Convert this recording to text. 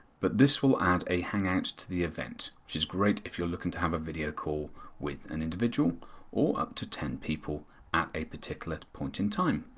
but this will add a hangout to the event, which is great if you are looking to have a video call with an individual or up to ten people at a particular point in time.